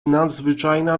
nadzwyczajna